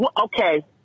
okay